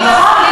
נכון,